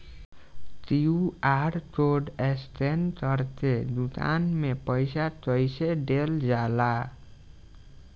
QR code scan करके दुकान में पईसा कइसे देल जाला?